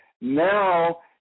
Now